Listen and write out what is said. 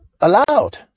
allowed